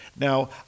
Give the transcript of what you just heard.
Now